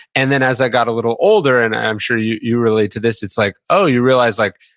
and then, as i got a little older, and i'm sure you you relate to this, it's like, oh, you realize like,